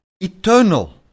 eternal